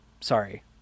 Sorry